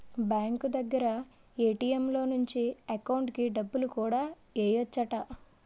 bank దగ్గర ATM లో నుంచి ఎకౌంటుకి డబ్బులు కూడా ఎయ్యెచ్చట